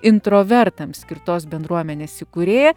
intravertams skirtos bendruomenės įkūrėja